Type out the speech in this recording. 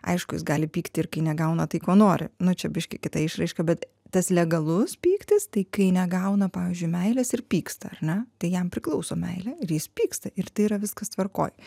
aišku jis gali pykti ir kai negauna tai ko nori nu čia biški kita išraiška bet tas legalus pyktis tai kai negauna pavyzdžiui meilės ir pyksta ar ne tai jam priklauso meilė ir jis pyksta ir tai yra viskas tvarkoj